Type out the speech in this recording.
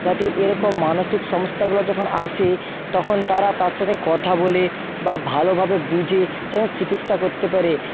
যাতে এরকম মানসিক সমস্যাগুলো যখন আসে তখন তারা তার সাথে কথা বলে বা ভালোভাবে বুঝে যেন চিকিৎসা করতে পারে